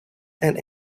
and